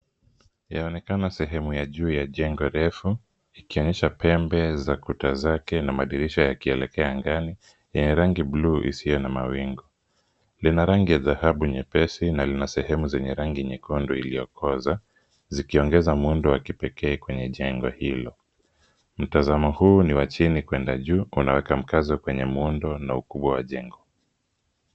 Inaonekana sehemu ya juu ya jengo refu, ikionyesha pembe za kuta zake na madirisha yakielekea angani ya rangi buluu isiyo na mawingu. Lina rangi ya dhahabu nyepesi na lina sehemu zenye rangi nyekundu iliyokoza, zikiongeza mwendo wa kipekee kwenye jengo hilo. Mtazamo huu ni wa chini kwenda juu , unaweka mkazo kwenye muundo na ukubwa wa jengo.